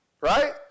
right